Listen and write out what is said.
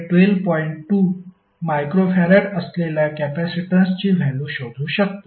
2 microfarad असलेल्या कॅपेसिटन्सची value शोधू शकतो